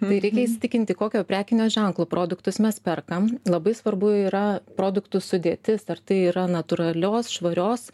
tai reikia įsitikinti kokio prekinio ženklo produktus mes perkam labai svarbu yra produktų sudėtis ar tai yra natūralios švarios